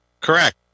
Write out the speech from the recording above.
Correct